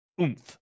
oomph